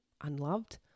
unloved